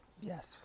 Yes